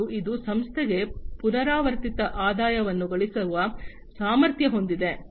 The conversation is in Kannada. ಮತ್ತು ಇದು ಸಂಸ್ಥೆಗೆ ಪುನರಾವರ್ತಿತ ಆದಾಯವನ್ನು ಗಳಿಸುವ ಸಾಮರ್ಥ್ಯ ಹೊಂದಿದೆ